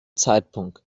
zeitpunkt